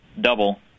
double